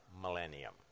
millennium